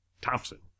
Thompson